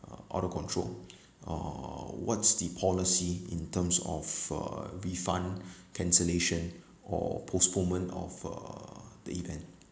uh out of control uh what's the policy in terms of a refund cancellation or postponement of uh the event